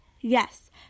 Yes